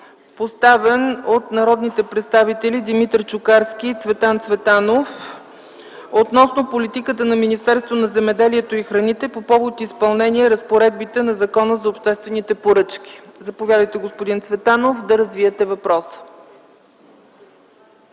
поставен от народните представители Димитър Чукарски и Цветан Цветанов относно политиката на Министерството на земеделието и храните по повод изпълнение на разпоредбите на Закона за обществените поръчки. Заповядайте, господин Цветанов, да развиете въпроса.